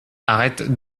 arrête